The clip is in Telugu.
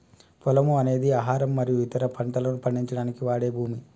పొలము అనేది ఆహారం మరియు ఇతర పంటలను పండించడానికి వాడే భూమి